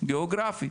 גיאוגרפית